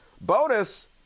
bonus